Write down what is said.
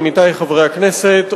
עמיתי חברי הכנסת,